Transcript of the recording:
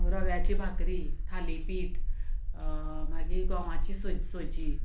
रव्याची भाकरी थाली पीठ मागीर गोंवाची सो सोजी